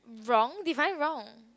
wrong define wrong